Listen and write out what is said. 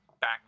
back